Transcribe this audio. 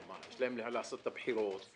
יש להם לעשות את הבחירות,